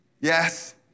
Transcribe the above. Yes